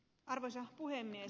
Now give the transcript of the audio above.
arvoisa puhemies